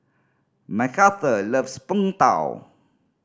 Macarthur loves Png Tao